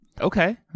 Okay